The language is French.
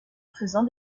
faisant